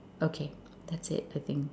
okay that's it I think